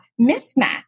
mismatch